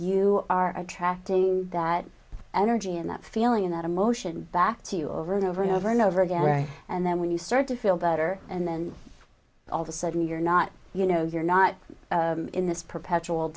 you are attracted to that energy and that feeling that emotion back to you over and over and over and over again and then when you start to feel better and then all of a sudden you're not you know you're not in this perpetual